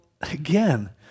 again